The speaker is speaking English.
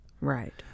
Right